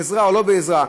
בעזרה או לא בעזרה,